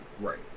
Right